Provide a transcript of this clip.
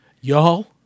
y'all